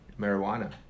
marijuana